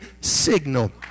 signal